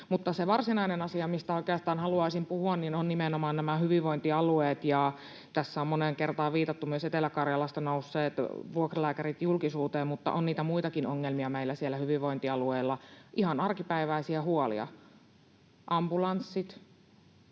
varsinainen asia, mistä oikeastaan haluaisin puhua, ovat nimenomaan nämä hyvinvointialueet. Tässä on moneen kertaan viitattu myös siihen, kun Etelä-Karjalasta ovat nousseet vuokralääkärit julkisuuteen, mutta on niitä muitakin ongelmia meillä siellä hyvinvointialueella, ihan arkipäiväisiä huolia: ambulanssit,